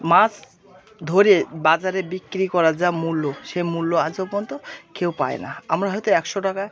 মাছ ধরে বাজারে বিক্রি করা যা মূল্য সে মূল্য আজও পর্যন্ত কেউ পায় না আমরা হয়তো একশো টাকায়